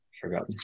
forgotten